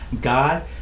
God